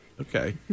Okay